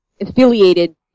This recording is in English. affiliated